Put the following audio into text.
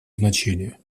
значение